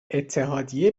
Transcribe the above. اتحادیه